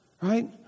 right